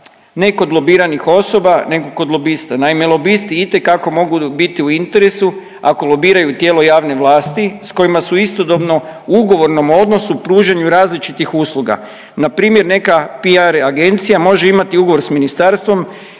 ne kod lobiranih osoba nego kod lobista. Naime, lobisti itekako mogu biti u interesu ako lobiraju tijelo javne vlasti s kojima su istodobno u ugovornom odnosu pružanju različitih usluga, npr. neka PR agencija može imati ugovor s ministarstvom